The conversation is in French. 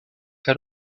qu’à